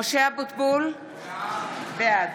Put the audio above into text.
משה אבוטבול, בעד